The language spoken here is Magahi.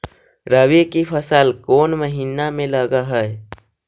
रबी की फसल कोन महिना में लग है?